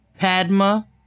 Padma